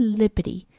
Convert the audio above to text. lippity